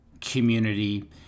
community